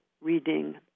reading